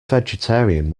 vegetarian